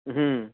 હમ